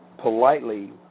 politely